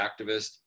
activist